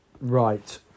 Right